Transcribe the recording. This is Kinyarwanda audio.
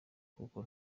kuko